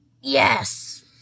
Yes